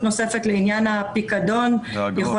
הכפר.